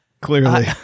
Clearly